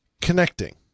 connecting